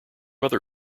other